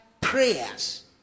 prayers